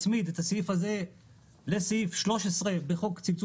הצמיד את הסעיף לסעיף 13 בחוק צמצום